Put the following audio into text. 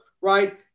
right